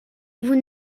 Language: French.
vous